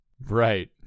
Right